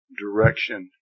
direction